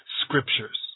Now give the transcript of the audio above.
scriptures